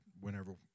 whenever